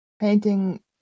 painting